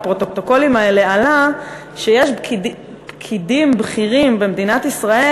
מהפרוטוקולים האלה עלה שיש פקידים בכירים במדינת ישראל